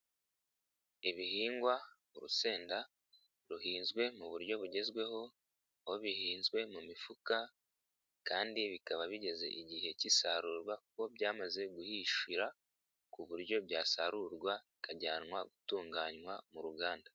Ibihingwa urusenda ruhinzwe mu buryo bugezweho, aho bihinzwe mu mifuka kandi bikaba bigeze igihe cy'isarurwa kuko byamaze guhishira ku buryo byasarurwa bikajyanwa gutunganywa mu ruganda.